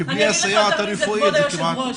כבוד היו"ר.